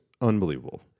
unbelievable